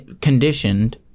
conditioned